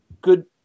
Good